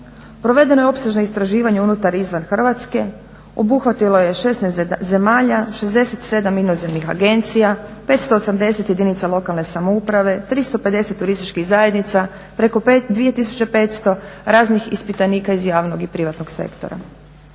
Provedeno je opsežno istraživanje unutar i izvan Hrvatske, obuhvatilo je 16 zemalja, 67 inozemnih agencija, 580 jedinica lokalne samouprave, 350 turističkih zajednica preko 2500 raznih ispitanika iz javnog i privatnog sektora.